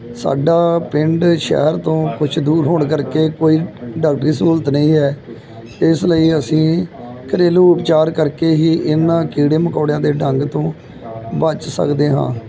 ਸਾਡਾ ਪਿੰਡ ਸ਼ਹਿਰ ਤੋਂ ਕੁਝ ਦੂਰ ਹੋਣ ਕਰਕੇ ਕੋਈ ਡਾਕਟਰੀ ਸਹੂਲਤ ਨਹੀਂ ਹੈ ਇਸ ਲਈ ਅਸੀਂ ਘਰੇਲੂ ਉਪਚਾਰ ਕਰਕੇ ਹੀ ਇਹਨਾਂ ਕੀੜੇ ਮਕੌੜਿਆਂ ਦੇ ਢੰਗ ਤੋਂ ਬਚ ਸਕਦੇ ਹਾਂ